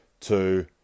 two